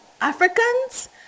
Africans